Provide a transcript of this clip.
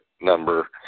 number